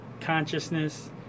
consciousness